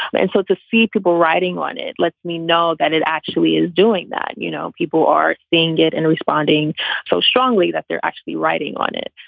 and so to see people writing on it lets me know that it actually is doing that. you know, people are seeing it and responding so strongly that they're actually writing on it.